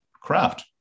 craft